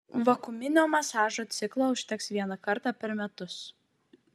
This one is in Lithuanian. vakuuminio masažo ciklo užteks vieną kartą per metus